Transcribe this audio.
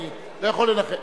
אני לא יכול לנחש.